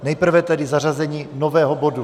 Nejprve tedy zařazení nového bodu.